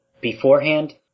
beforehand